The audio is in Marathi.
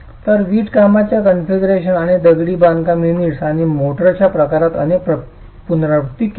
तर वीट कामाच्या कॉन्फिगरेशन आणि दगडी बांधकाम युनिट्स आणि मोर्टारच्या प्रकारात अनेक पुनरावृत्ती केल्या